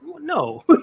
no